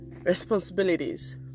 responsibilities